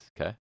okay